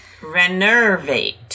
Renervate